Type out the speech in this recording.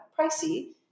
pricey